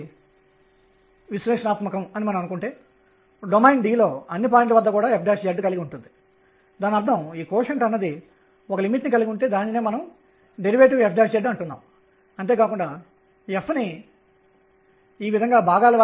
ఇది ఒక బౌండ్ స్థితి అని గుర్తుంచుకోండి అందువల్ల E అనేది 0 కన్నా తక్కువ